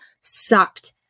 sucked